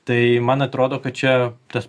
tai man atrodo kad čia tas